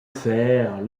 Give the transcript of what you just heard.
faire